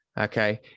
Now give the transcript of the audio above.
Okay